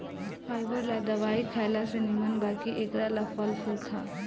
fibre ला दवाई खएला से निमन बा कि एकरा ला फल फूल खा